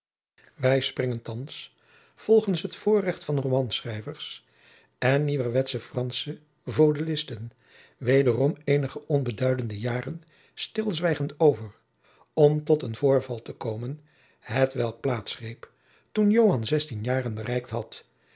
wij springen thands volgens het voorrecht van romanschrijvers en nieuwerwetsche fransche vaudevillisten wederom eenige onbeduidende jaren stilzwijgend over om tot een voorval te komen hetgeen plaats greep toen joan zestien jaren bereikt had